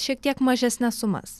šiek tiek mažesnes sumas